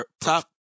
Top